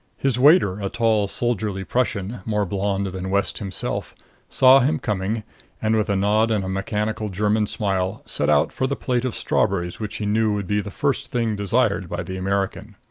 his waiter a tall soldierly prussian, more blond than west himself saw him coming and, with a nod and a mechanical german smile, set out for the plate of strawberries which he knew would be the first thing desired by the american.